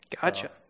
Gotcha